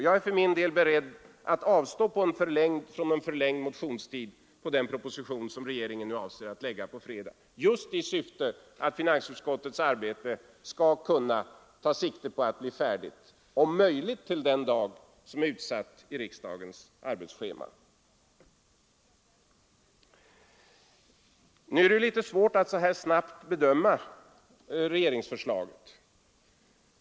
Jag är för min del beredd att avstå från förlängd motionstid på den proposition som regeringen avser att lägga fram nu på fredag, just i syfte att finansutskottets arbete skall kunna ta sikte på att bli färdigt om möjligt till den dag som är utsatt i riksdagens arbetsschema. Nu är det litet svårt att så här snabbt bedöma regeringsförslaget.